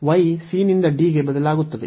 y c ನಿಂದ d ಗೆ ಬದಲಾಗುತ್ತದೆ